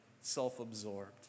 self-absorbed